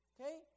Okay